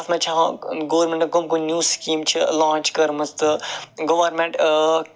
تتھ مَنٛز چھِ ہاوان گورمنٹَن کم کم سکیٖم چھِ لانٛچ کٔرمٕژ تہٕ گورمنٹ